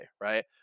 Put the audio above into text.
right